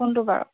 কোনটো বাৰু